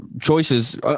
choices